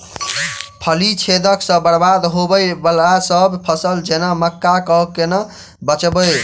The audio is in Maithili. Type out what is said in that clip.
फली छेदक सँ बरबाद होबय वलासभ फसल जेना मक्का कऽ केना बचयब?